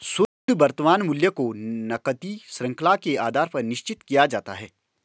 शुद्ध वर्तमान मूल्य को नकदी शृंखला के आधार पर निश्चित किया जाता है